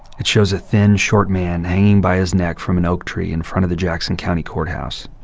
it shows a thin, short man hanging by his neck from an oak tree in front of the jackson county courthouse.